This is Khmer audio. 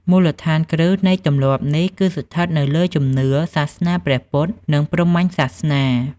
មូលដ្ឋានគ្រឹះនៃទម្លាប់នេះគឺស្ថិតនៅលើជំនឿសាសនាព្រះពុទ្ធ និងព្រហ្មញ្ញសាសនា។